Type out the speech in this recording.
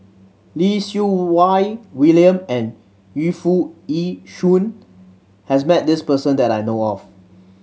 Lee Siew Wai William and Yu Foo Yee Shoon has met this person that I know of